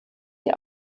die